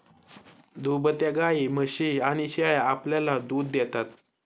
दुभत्या गायी, म्हशी आणि शेळ्या आपल्याला दूध देतात